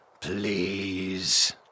Please